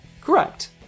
Correct